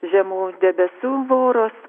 žemų debesų voros